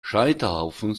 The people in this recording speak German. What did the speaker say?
scheiterhaufen